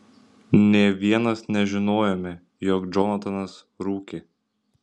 nė vienas nežinojome jog džonatanas rūkė